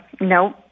no